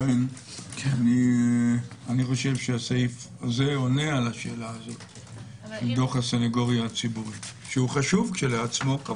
אני חושב שהסעיף הזה עונה על דוח הסנגוריה הציבורית שהוא חשוב כשלעצמו.